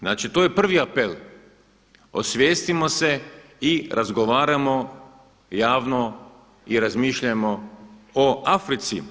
Znači to je prvi apel, osvijestimo se i razgovaramo javno i razmišljajmo o Africi.